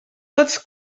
tots